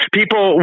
people